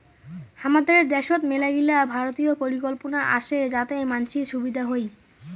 হামাদের দ্যাশোত মেলাগিলা ভারতীয় পরিকল্পনা আসে যাতে মানসির সুবিধা হই